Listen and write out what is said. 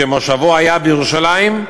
שמושבו היה בירושלים,